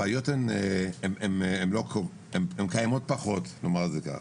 הבעיות קיימות פחות, נאמר זאת כך.